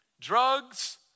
Drugs